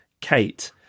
kate